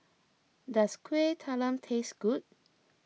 does Kuih Talam taste good